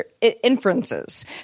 inferences